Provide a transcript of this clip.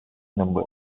numbers